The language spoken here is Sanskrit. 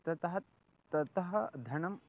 ततः ततः धनम्